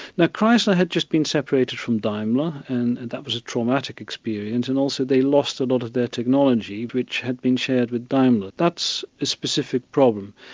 now chrysler had just been separated from daimler, and that was a traumatic experience, and also they lost a lot of their technology which had been shared with daimler that's a specific problem.